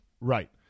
Right